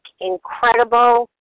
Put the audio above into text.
incredible